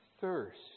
thirst